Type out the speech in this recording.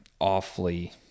awfully